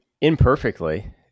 imperfectly